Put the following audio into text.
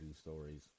stories